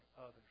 others